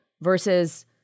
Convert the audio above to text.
Versus